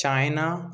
China